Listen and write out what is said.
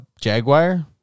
Jaguar